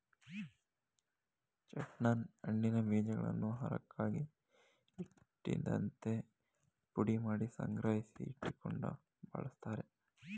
chestnut ಹಣ್ಣಿನ ಬೀಜಗಳನ್ನು ಆಹಾರಕ್ಕಾಗಿ, ಹಿಟ್ಟಿನಂತೆ ಪುಡಿಮಾಡಿ ಸಂಗ್ರಹಿಸಿ ಇಟ್ಟುಕೊಂಡು ಬಳ್ಸತ್ತರೆ